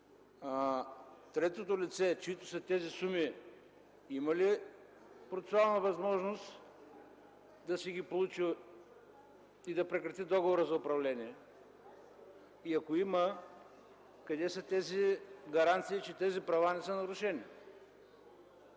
Третото лице, чиито са тези суми, има ли процесуална възможност да си ги получи и да прекрати договора за управление? И ако има – къде са тези гаранции, че тези права не са нарушени?